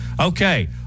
Okay